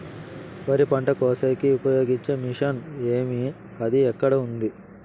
వరి పంట కోసేకి ఉపయోగించే మిషన్ ఏమి అది ఎక్కడ ఉంది?